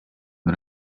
but